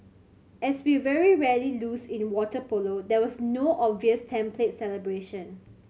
as we very rarely lose in water polo there was no obvious template celebration